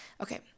okay